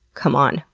come on.